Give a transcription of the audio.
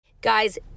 Guys